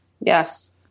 Yes